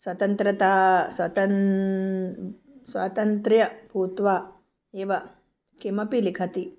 स्वतन्त्रता स्वतन् स्वातन्त्र्यी भूत्वा एव किमपि लिखति